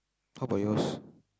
how bout yours